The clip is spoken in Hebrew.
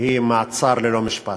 היא מעצר ללא משפט,